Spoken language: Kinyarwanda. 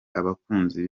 abakunzi